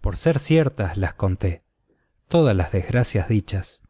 por ser ciertas las conté todas la desgracias dichas